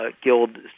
Guild